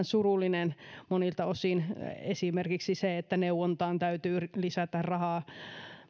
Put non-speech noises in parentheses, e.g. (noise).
(unintelligible) surullinen monilta osin (unintelligible) esimerkiksi se että neuvontaan täytyy lisätä rahaa (unintelligible) (unintelligible) (unintelligible) (unintelligible) (unintelligible)